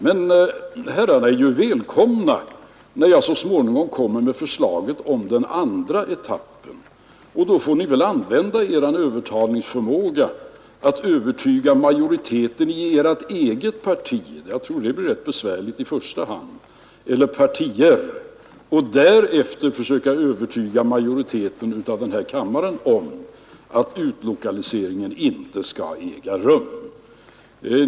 Men herrarna är ju välkomna, när jag så småningom kommer med förslaget om den andra etappen. Då får ni väl använda er övertalningsförmåga för att övertyga majoriteten i era egna partier — jag tror det blir rätt besvärligt i första hand — och därefter försöka övertyga majoriteten i den här kammaren om att utlokaliseringen inte skall äga rum.